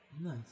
Nice